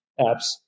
apps